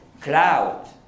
cloud